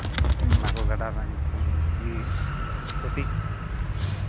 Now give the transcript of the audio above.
ᱚᱱᱟ ᱠᱚ ᱜᱟᱰᱟ ᱨᱮᱱᱟᱜ ᱧᱩᱛᱩᱢ ᱜᱮ ᱥᱚᱴᱷᱤᱠ